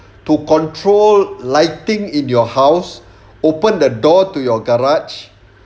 to control lighting in your house open the door to your garage